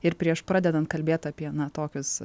ir prieš pradedant kalbėt apie na tokius